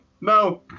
No